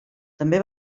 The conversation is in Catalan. també